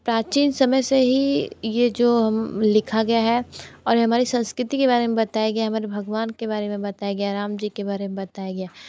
प्राचीन समय से ही ये जो लिखा गया है और हमारी संस्कृति के बारे में बताया गया हमारे भगवान के बारे में बताया गया राम जी के बारे में बताया गया है